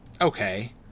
okay